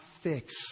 fix